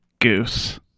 Goose